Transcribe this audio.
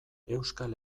euskal